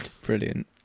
Brilliant